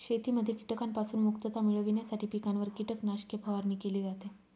शेतीमध्ये कीटकांपासून मुक्तता मिळविण्यासाठी पिकांवर कीटकनाशके फवारणी केली जाते